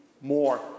more